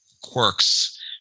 quirks